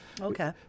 Okay